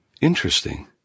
Interesting